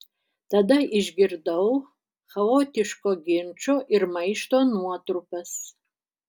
tada išgirdau chaotiško ginčo ir maišto nuotrupas